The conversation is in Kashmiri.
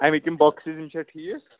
اَمِکۍ یم بۄکسِز یم چھا ٹھیٖک